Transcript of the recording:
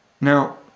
Now